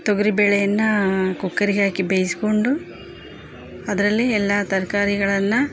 ತೊಗರಿಬೇಳೆಯನ್ನ ಕುಕ್ಕರ್ಗೆ ಹಾಕಿ ಬೇಯಿಸ್ಕೊಂಡು ಅದರಲ್ಲಿ ಎಲ್ಲಾ ತರಕಾರಿಗಳನ್ನ